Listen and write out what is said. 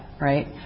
right